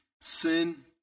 Sin